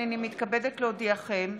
הינני מתכבדת להודיעכם,